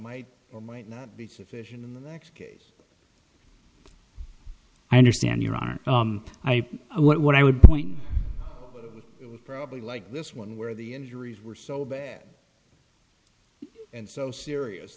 might or might not be sufficient in the next case i understand your are what i would point you would probably like this one where the injuries were so bad and so serious